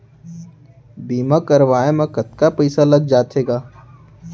बीमा करवाए म कतका पइसा लग जाथे गा?